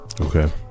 Okay